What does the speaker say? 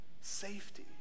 safety